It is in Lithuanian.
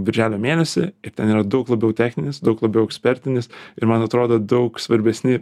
birželio mėnesį ir ten yra daug labiau techninis daug labiau ekspertinis ir man atrodo daug svarbesni